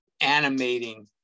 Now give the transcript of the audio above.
animating